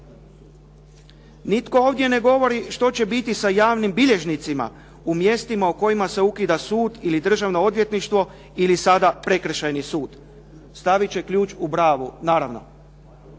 Nitko ovdje govori što će biti sa javnim bilježnicima u mjestima u kojima se ukida sud ili državno odvjetništvo ili sada prekršajni sud. Stavit će ključ u bravu, naravno.